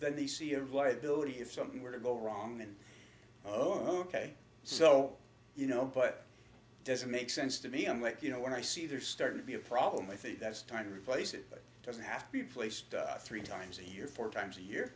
then they see of liability if something were to go wrong and oh ok so you know but it doesn't make sense to me i'm like you know when i see they're starting to be a problem i think that's time to replace it doesn't have to be replaced three times a year four times a